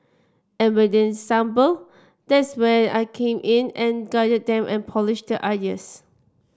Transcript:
and when they stumble that's where I came in and guided them and polished their ideas